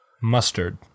mustard